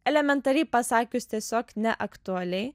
elementariai pasakius tiesiog neaktualiai